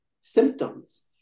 symptoms